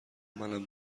منم